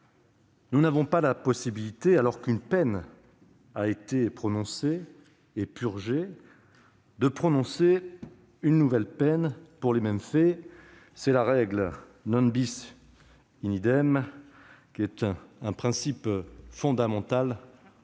nous n'avons pas la possibilité, alors qu'une peine a été prononcée et purgée, de prononcer une nouvelle peine pour les mêmes faits ; c'est la règle, qui est un principe fondamental de notre